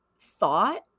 thought